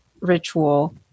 ritual